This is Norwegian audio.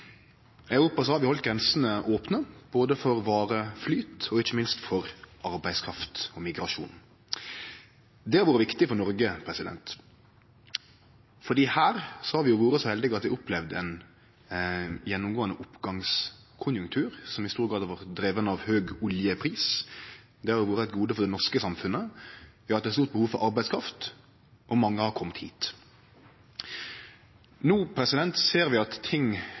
Europa har vi halde grensene opne, både for vareflyt og ikkje minst for arbeidskraft og migrasjon. Det har vore viktig for Noreg, for her har vi jo vore så heldige at vi har opplevd ein gjennomgåande oppgangskonjunktur, som i stor grad har vore driven av høg oljepris. Det har vore eit gode for det norske samfunnet, vi har hatt eit stort behov for arbeidskraft, og mange har kome hit. No ser vi at ting